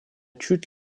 чуть